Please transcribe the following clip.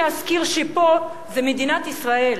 יהודים צעקו לפאשיסטים האלה: